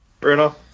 Bruno